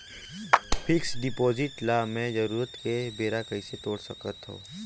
Fixed deposit ल मैं जरूरत के बेरा कइसे तोड़ सकथव?